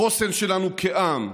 החוסן שלנו כעם,